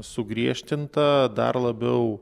sugriežtinta dar labiau